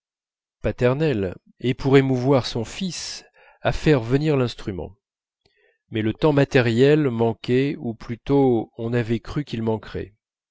paternelle et pour émouvoir son fils à faire venir l'instrument mais le temps matériel manquait ou plutôt on avait cru qu'il manquerait